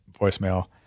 voicemail